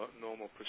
normal